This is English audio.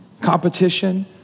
competition